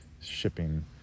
shipping